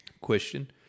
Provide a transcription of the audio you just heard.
question